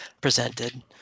presented